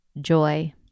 joy